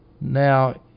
Now